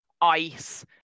ice